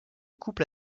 couple